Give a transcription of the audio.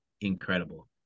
incredible